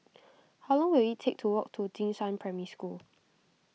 how long will it take to walk to Jing Shan Primary School